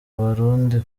abarundi